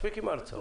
מספיק עם ההרצאות.